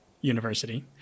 university